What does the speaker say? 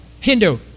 Hindu